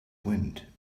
wind